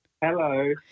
Hello